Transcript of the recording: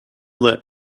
that